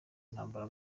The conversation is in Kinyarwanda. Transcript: intambara